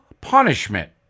punishment